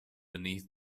beneath